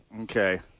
Okay